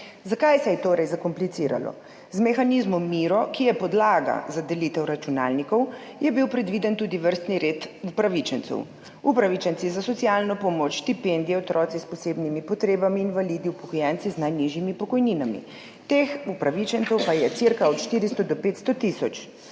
Zakaj se je torej zakompliciralo? Z mehanizmom MIRO, ki je podlaga za delitev računalnikov, je bil predviden tudi vrstni red upravičencev: upravičenci za socialno pomoč, štipendije, otroci s posebnimi potrebami, invalidi, upokojenci z najnižjimi pokojninami. Teh upravičencev pa je cirka od 400 do 500 tisoč.